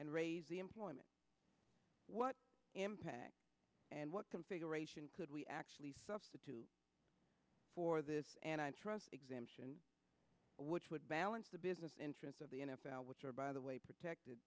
and raise the employment what impact and what configuration could we actually substitute for this and i trust exemption which would balance the business interests of the n f l which are by the way protected